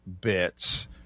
bits